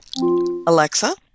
Alexa